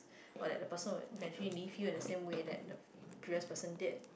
what that the person will inventory need you at the same way that a previous person did